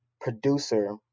producer